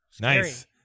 Nice